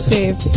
Dave